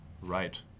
right